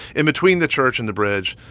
in between the church and the bridge,